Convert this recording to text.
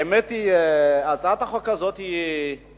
האמת היא שהצעת החוק הזאת נראית